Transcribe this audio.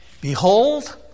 Behold